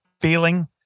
feeling